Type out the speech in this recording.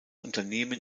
unternehmen